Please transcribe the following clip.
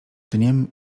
dniem